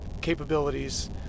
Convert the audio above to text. capabilities